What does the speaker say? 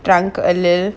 drunk alone